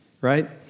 right